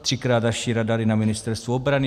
Třikrát dražší radary na Ministerstvu obrany.